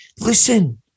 Listen